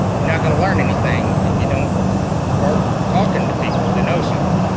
you're not gonna learn anything if you don't start talking to people they know something.